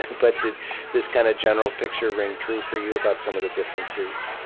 but did this kind of general picture ring true for you, about some of the differences?